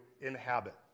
inhabit